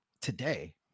today